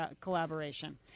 collaboration